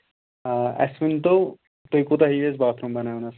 آ اَسہِ ؤنۍتو تُہۍ کوٗتاہ ہیٚیِو اَسہِ باتھ روٗم بَناونَس